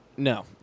No